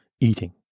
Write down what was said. eating